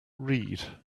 read